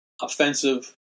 offensive